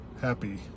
happy